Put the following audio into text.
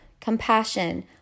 compassion